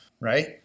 right